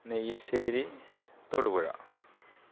Neyyassery Thodupuzha